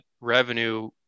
revenue